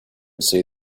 see